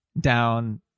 down